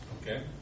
Okay